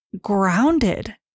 grounded